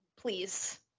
please